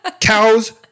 cows